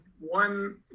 one